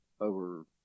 over